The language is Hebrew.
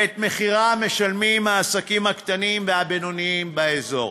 ואת מחירה משלמים העסקים הקטנים והבינוניים באזור.